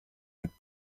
mit